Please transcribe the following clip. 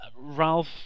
Ralph